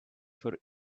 for